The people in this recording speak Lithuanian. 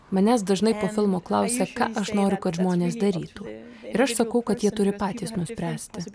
manęs dažnai po filmo klausia ką aš noriu kad žmonės darytų ir aš sakau kad jie turi patys nuspręsti